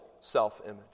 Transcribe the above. self-image